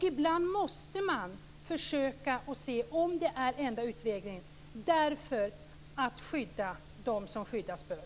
Ibland måste man försöka sig på det om det är den enda utvägen; detta för att skydda dem som skyddas bör.